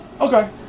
Okay